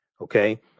Okay